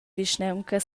vischnaunca